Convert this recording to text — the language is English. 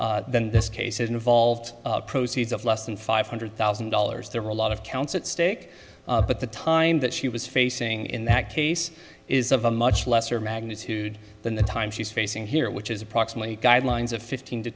than this case involved proceeds of less than five hundred thousand dollars there are a lot of counts at stake but the time that she was facing in that case is of a much lesser magnitude than the time she's facing here which is approximately guidelines of fifteen to